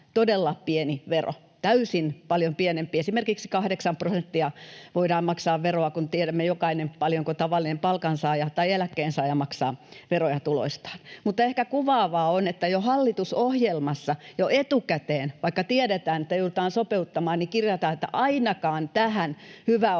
todella pieni vero, täysin, paljon pienempi. Esimerkiksi kahdeksan prosenttia voidaan maksaa veroa, kun tiedämme jokainen, paljonko tavallinen palkansaaja tai eläkkeensaaja maksaa veroja tuloistaan. Mutta ehkä kuvaavaa on, että jo hallitusohjelmassa jo etukäteen, vaikka tiedetään, että joudutaan sopeuttamaan, kirjataan, että ainakaan tähän hyväosaisten